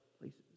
places